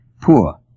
poor